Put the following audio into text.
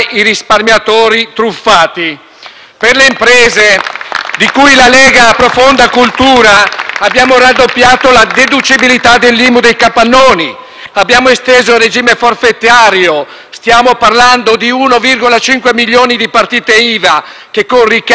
per le imprese, di cui la Lega ha profonda cultura; abbiamo raddoppiato la deducibilità dell'IMU dei capannoni ed esteso il regime forfettario. Stiamo parlando di 1,5 milioni di partite IVA, che, con ricavi inferiori a 65.000 euro,